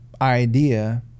idea